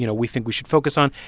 you know we think we should focus on.